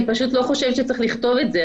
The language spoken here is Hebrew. אני פשוט לא חושבת שצריך לכתוב את זה,